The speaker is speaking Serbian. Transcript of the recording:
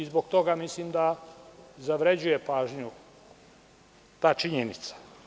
Zbog toga mislim da zavređuje pažnju ta činjenica.